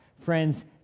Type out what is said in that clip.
Friends